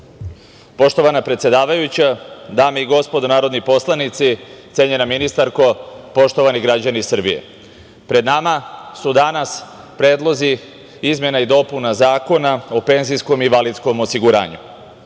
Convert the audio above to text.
Poštovana predsedavajuća, dame i gospodo narodni poslanici, cenjena ministarko, poštovani građani Srbije, pred nama su danas predlozi izmena i dopuna Zakona o penzijskom i invalidskom osiguranju. Od